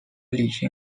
理性